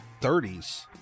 30s